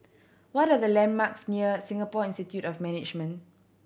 what are the landmarks near Singapore Institute of Management